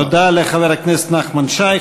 תודה לחבר הכנסת נחמן שי.